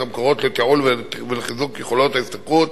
המקורות לתיעול ולחיזוק של יכולת ההשתכרות